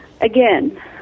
again